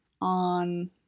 on